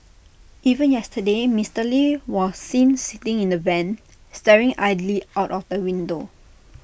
even yesterday Mister lee was seen sitting in the van staring idly out of the window